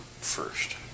first